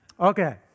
Okay